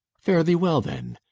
fare thee well, then!